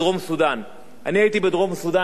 הייתי בדרום-סודן לפני פחות משנה.